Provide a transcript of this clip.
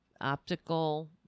optical